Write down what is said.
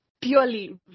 purely